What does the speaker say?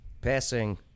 passing